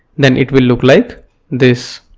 then it will look like this.